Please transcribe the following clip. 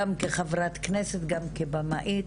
גם כחברת כנסת, גם כבמאית.